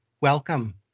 welcome